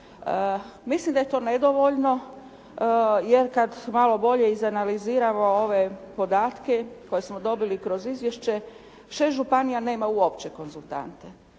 Mislim da je to nedovoljno, jer kada malo bolje izanaliziramo ove podatke koje smo dobili kroz izvješće, 6 županija nema uopće konzultante.